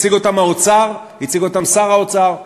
הציג אותם האוצר, הציג אותם שר האוצר פה,